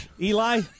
Eli